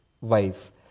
wife